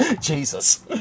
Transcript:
Jesus